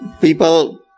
people